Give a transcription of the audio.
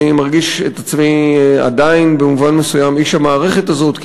אני מרגיש את עצמי עדיין במובן מסוים איש המערכת הזאת,